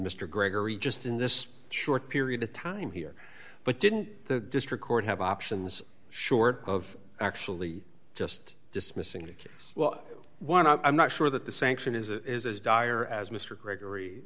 mr gregory just in this short period of time here but didn't the district court have options short of actually just dismissing the case well one i'm not sure that the sanction is as dire as mr gregory